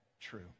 true